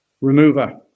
remover